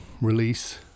release